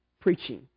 preaching